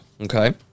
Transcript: Okay